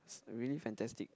really fantastic